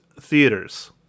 theaters